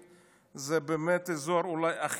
זה אזור אולי הכי חשוב,